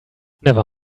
never